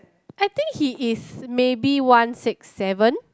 I think he is maybe one six seven